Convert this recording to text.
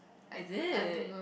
is it